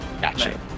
Gotcha